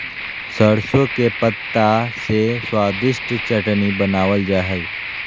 सरसों के पत्ता से स्वादिष्ट चटनी बनावल जा हइ